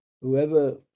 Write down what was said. whoever